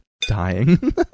dying